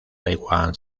taiwán